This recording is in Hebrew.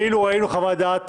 זה כאילו ראינו חוות דעת